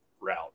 route